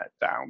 down